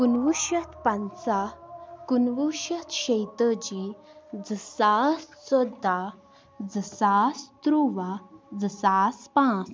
کُنوُہ شیٚتھ پَنژاہ کُنوُہ شیٚتھ شیٚیہِ تٲجی زٕ ساس ژۄداہ زٕ ساس تُرٛواہ زٕ ساس پانٛژھ